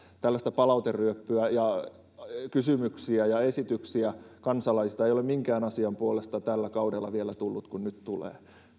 tällaista palauteryöppyä ja tällaisia kysymyksiä ja esityksiä kansalaisilta ei ole minkään asian puolesta tällä kaudella vielä tullut kuin nyt tulee